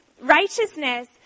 righteousness